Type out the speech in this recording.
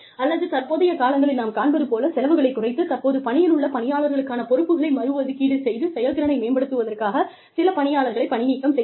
அல்லது தற்போதைய காலங்களில் நாம் காண்பது போல செலவுகளைக் குறைத்து தற்போது பணியிலுள்ள பணியாளர்களுக்கான பொறுப்புகளை மறு ஒதுக்கீடு செய்து செயல்திறனை மேம்படுத்துவதற்காக சில பணியாளர்களை பணிநீக்கம் செய்யலாம்